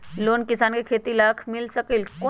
Loan किसान के खेती लाख मिल सकील?